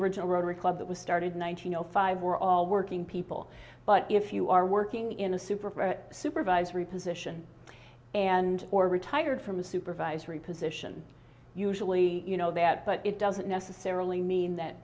original rotary club that was started in one thousand five were all working people but if you are working in a super supervisory position and or retired from a supervisory position usually you know that but it doesn't necessarily mean that